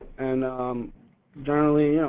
and generally,